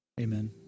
Amen